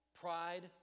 Pride